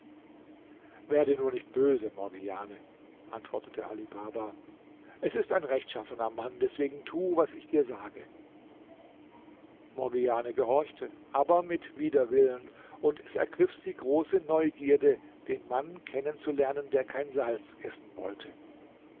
werde nur nicht böse morgiane antwortete ali baba es ist ein rechtschaffener mann deswegen tu was ich dir sage morgiane gehorchte aber mit widerwillen und es ergriff sie große neugierde den mann kennenzulernen der kein salz essen wollte